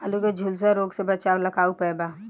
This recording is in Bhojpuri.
आलू के झुलसा रोग से बचाव ला का उपाय बा?